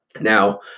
Now